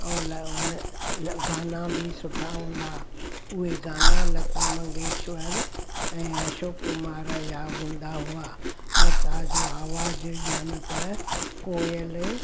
ऐं लाइ उन गाना बि सुठा हूंदा उहे गाना लता मंगेशकर ऐं अशोक कुमार जा हूंदा हुआ लता जो आवाज़ु ॼण त कोयल